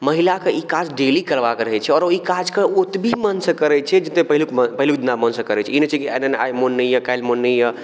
महिलाके ई काज डेली करबाक रहै छै आओर ओइ काजके ओ ओतबी मनसँ करै छै जतेक पहिलुक म पहिलुक दिना मनसँ करै छै ई नहि छै अइ दिन आइ मोन नहि यऽ काल्हि मोन नहि यऽ